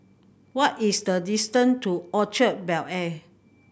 what is the distant to Orchard Bel Air